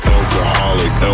Alcoholic